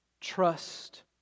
Trust